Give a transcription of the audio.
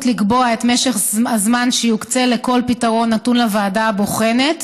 לקבוע את משך הזמן שיוקצה לכל פתרון נתונה לוועדה הבוחנת,